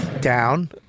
down